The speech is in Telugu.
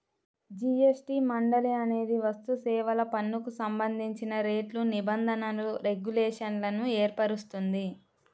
జీ.ఎస్.టి మండలి అనేది వస్తుసేవల పన్నుకు సంబంధించిన రేట్లు, నిబంధనలు, రెగ్యులేషన్లను ఏర్పరుస్తుంది